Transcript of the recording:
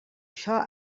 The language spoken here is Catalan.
açò